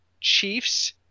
Chiefs